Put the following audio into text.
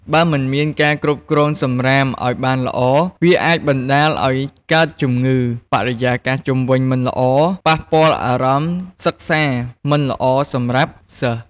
បើមិនមានការគ្រប់គ្រងសំរាមឲ្យបានល្អ វាអាចបណ្តាលឲ្យកើតជំងឺ បរិយាកាសជុំវិញមិនល្អ ប៉ះពាល់អារម្មណ៍សិក្សាមិនល្អសម្រាប់សិស្ស។